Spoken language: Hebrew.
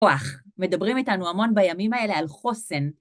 כוח, מדברים איתנו המון בימים האלה על חוסן.